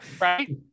Right